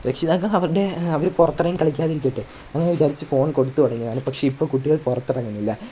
രക്ഷിതാക്കൾ അവരുടെ അവർ പുറത്തിറങ്ങി കളിക്കാതിരിയ്ക്കട്ടെ അങ്ങനെ വിചാരിച്ച് ഫോൺ കൊടുത്തു തുടങ്ങിയാൽ പക്ഷെ ഇപ്പം കുട്ടികൾ പുറത്തിറങ്ങുന്നില്ല